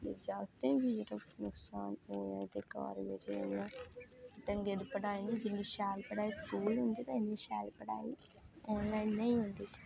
ते जागतें गी बी नुक्सान ओह्दी बजह कन्नै ढंगै दी पढ़ाई निं जिन्नी ढंगै दी पढ़ाई स्कूल होंदी उन्नी शैल पढ़ाई ऑनलाईन नेईं होंदी